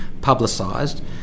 publicised